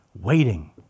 waiting